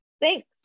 thanks